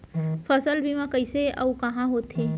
फसल बीमा कइसे अऊ कहाँ होथे?